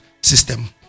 system